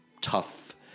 tough